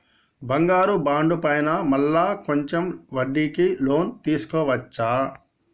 బంగారు బాండు పైన మళ్ళా కొంచెం వడ్డీకి లోన్ తీసుకోవచ్చా?